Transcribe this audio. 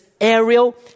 aerial